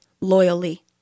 loyally